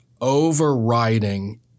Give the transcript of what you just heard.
overriding